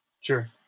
Sure